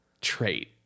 trait